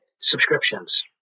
subscriptions